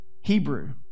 Hebrew